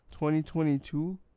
2022